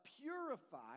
purify